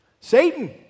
Satan